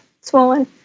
Swollen